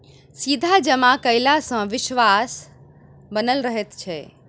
सीधा जमा कयला सॅ विश्वास बनल रहैत छै